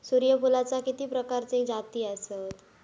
सूर्यफूलाचे किती प्रकारचे जाती आसत?